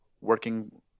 working